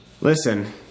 listen